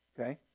Okay